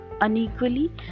unequally